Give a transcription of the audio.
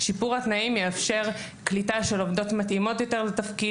שיפור התנאים יאפשר גם קליטה של עובדות מתאימות יותר לתפקיד,